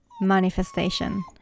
manifestation